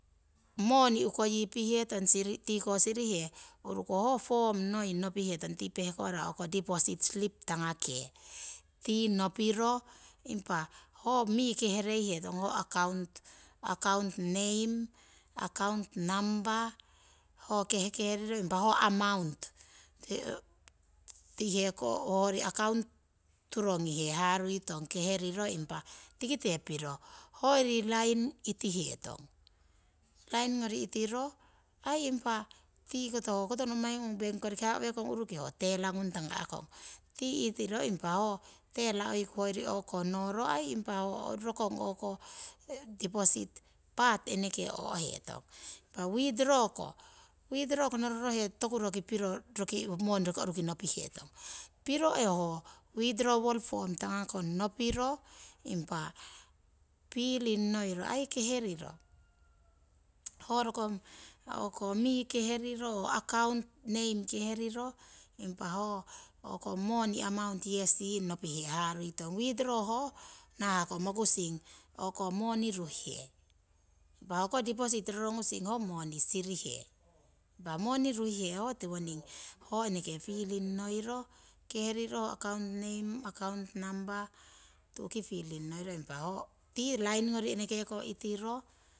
Moni ukoyi pihetong siri tiko sirihe urukoh ho form noi nopihetong tii pehko'ra dipositi slip tangake, tii nopiro impa ho mii kehurihetong account name, account number, kehukehu riro impa ho amount tiko heko hoyori account turongihe haruitong kehuriro tikite impa tikite piro hoyri line itihetong' linengori itiro aii impa tikoto hokoto nommai ngung banki koriki haha' we'kong uruki ho teller ngung tanga'kong. Tii itiro impa ho teller oiku impa hoyori o'ko noro aii impa ho rokong o'ko diposit butt eneke o'hetong. Impa witdro ko witdro ko nororoheko toku roki piro roki moni roki oruki nopihetong. Piro ho witrowol pom tangakong nopiro impa piling ngoiro, aii kehuriro ho rokong mii o'ko kehuriro, account name kehuriro impa ho moni amount yesi nopihe haruitong. Witro ho nahah ko mokusing moni ruhihe. Impa hoko dipositi rorongusing ho moni sirihe, impa moni ruhihe ho tiwoning ho eneke piling ngoiro, kehuriro ho account name, account number, tu'ki piling noiro impa tii line ngori eneke itiro